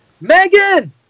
Megan